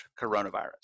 coronavirus